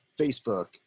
Facebook